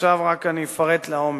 עכשיו רק אפרט יותר לעומק.